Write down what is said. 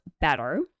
Better